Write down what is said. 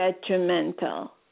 detrimental